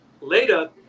later